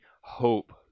hope